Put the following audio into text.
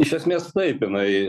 iš esmės taip jinai